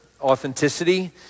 authenticity